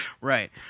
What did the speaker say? Right